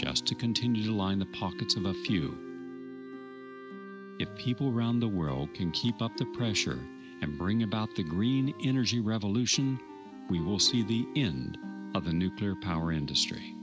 just to continue to line the pockets of a few people around the world can keep up the pressure and bring about the green energy revolution we will see the end of the nuclear power industry